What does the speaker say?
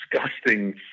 disgusting